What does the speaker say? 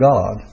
God